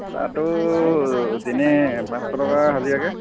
তাতো দিনে পাঁচশ টকা হাজিৰাকৈ